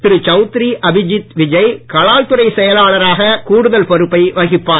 திரு சவுத்ரி அபிஜித் விஜய் கலால்துறை செயலாளராக கூடுதல் பொறுப்பை வகிப்பார்